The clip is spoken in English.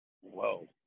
whoa